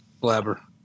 Blabber